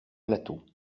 plateau